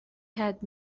had